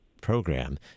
program